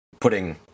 putting